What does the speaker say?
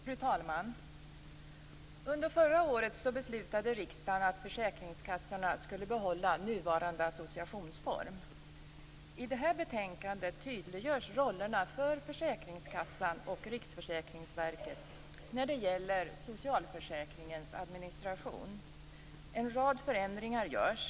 Fru talman! Under förra året beslutade riksdagen att försäkringskassorna skulle behålla nuvarande associationsform. I det här betänkandet tydliggörs rollerna för försäkringskassan och Riksförsäkringsverket när det gäller socialförsäkringens administration. En rad förändringar görs.